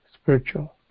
spiritual